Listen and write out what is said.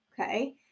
okay